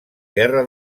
guerra